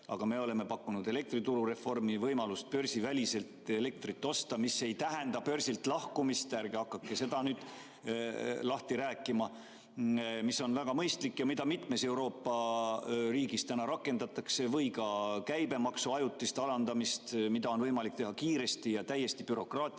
ole. Me oleme pakkunud elektrituru reformi, võimalust börsiväliselt elektrit osta – see ei tähenda börsilt lahkumist, ärge hakake nüüd seda lahti rääkima –, mis on väga mõistlik ja mida mitmes Euroopa riigis rakendatakse, või ka käibemaksu ajutist alandamist, mida on võimalik teha kiiresti ja täiesti bürokraatiavabalt